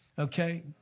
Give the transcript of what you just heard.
Okay